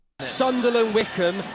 Sunderland-Wickham